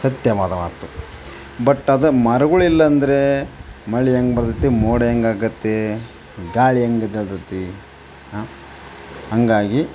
ಸತ್ಯವಾದ ಮಾತು ಬಟ್ ಅದೇ ಮರಗಳಿಲ್ಲಾಂದ್ರೆ ಮಳೆ ಹೆಂಗೆ ಬರ್ತದೆ ಮೋಡ ಹೆಂಗೆ ಆಗತ್ತೆ ಗಾಳಿ ಹೆಂಗೆದ್ದೆಳ್ತದೆ ಹಾಂ ಹಂಗಾಗಿ